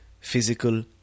physical